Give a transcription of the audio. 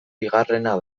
bigarrena